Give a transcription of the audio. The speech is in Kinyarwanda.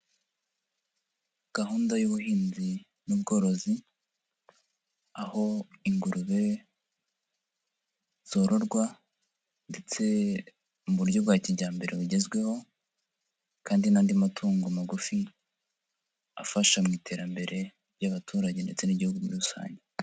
Gahunda y'ubuhinzi n'ubworozi aho ingurube zororwa ndetse mu buryo bwa kijyambere bugezweho kandi n'andi matungo magufi afasha mu iterambere ry'abaturage ndetse n'igihugu muri rusange.